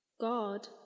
God